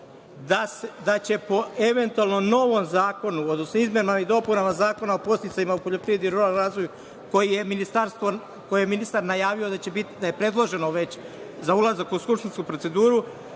da će po eventualno novom zakonu, odnosno izmenama i dopunama Zakona o podsticajima u poljoprivredi i ruralnom razvoju, koje je ministar najavio da je predloženo već za ulazak u skupštinsku proceduru,